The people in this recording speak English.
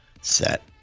set